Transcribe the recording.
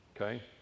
okay